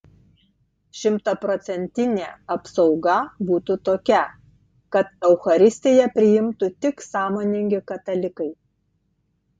šimtaprocentinė apsauga būtų tokia kad eucharistiją priimtų tik sąmoningi katalikai